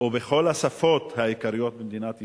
ובכל השפות העיקריות במדינת ישראל.